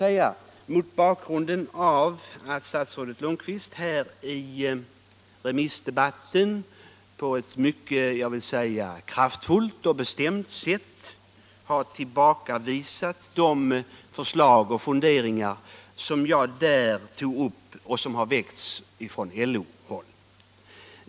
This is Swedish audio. Statsrådet Lundkvist tillbakavisade under remissdebatten på ett mycket kraftfullt sätt de förslag och funderingar som kommit från LO-håll.